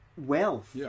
wealth